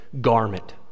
garment